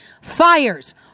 fires